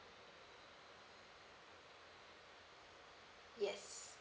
yes